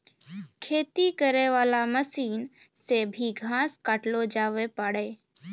खेती करै वाला मशीन से भी घास काटलो जावै पाड़ै